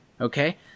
Okay